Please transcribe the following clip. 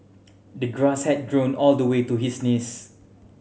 the grass had grown all the way to his knees